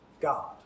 God